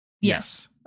Yes